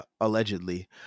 allegedly